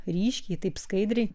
ryškiai taip skaidriai